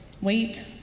wait